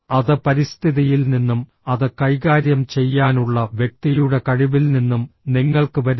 അത് പരിസ്ഥിതിയിൽ നിന്നും അത് കൈകാര്യം ചെയ്യാനുള്ള വ്യക്തിയുടെ കഴിവിൽ നിന്നും നിങ്ങൾക്ക് വരുന്നു